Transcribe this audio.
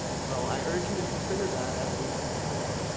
so i urge you to consider that as we take the vote.